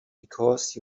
because